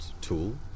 tool